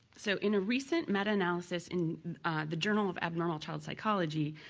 so in a recent meta-analysis in the journal of abnormal child psychology.